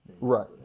Right